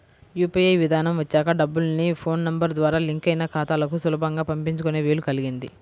UPI విధానం వచ్చాక డబ్బుల్ని ఫోన్ నెంబర్ ద్వారా లింక్ అయిన ఖాతాలకు సులభంగా పంపించుకునే వీలు కల్గింది